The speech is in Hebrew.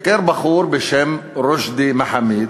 ביקר בחור בשם רושדי מחאמיד.